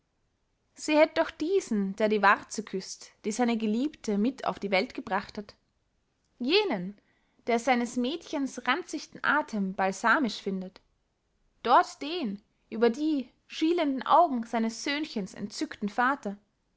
sehet doch diesen der die warze küßt die seine geliebte mit auf die welt gebracht hat jenen der seines mädchens ranzichten athem balsamisch findet dort den über die schielenden augen seines söhnchens entzückten vater